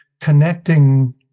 connecting